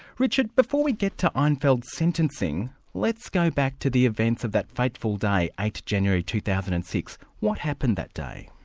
richard, before we get to einfeld's sentencing. let's go back to the events of that fateful day, eight january two thousand and six. what happened that day?